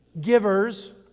givers